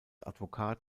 advokat